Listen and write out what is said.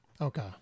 Okay